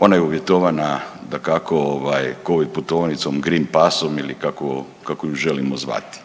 Ona je uvjetovana dakako ovaj covid putovnicom, green passom ili kako, kako ju želimo zvati.